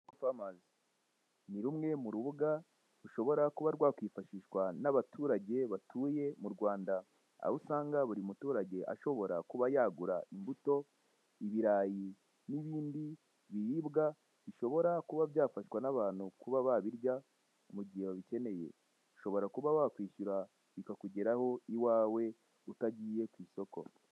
Local farmers nirumwe mu urubuga rushobora kuba rwakifashishwa n'abaturage batuye mu Rwanda. Aho usanga buri muturage ashobora kuba yagura imbuto, ibirayi n'ibindi biribwa bishobora kuba byafatwa n'abantu kuba babirya mugihe babikebeye. ushobora kuba wakishyura bikakugeraho iwawe utagiye kw'isoko.